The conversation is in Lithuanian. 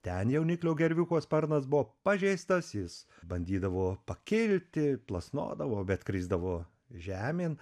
ten jauniklio gerviuko sparnas buvo pažeistas jis bandydavo pakilti plasnodavo bet krisdavo žemėn